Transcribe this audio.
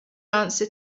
answer